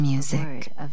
Music